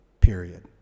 period